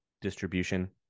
distribution